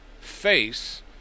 face